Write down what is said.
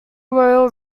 royal